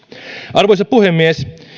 arvoisa puhemies